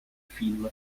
film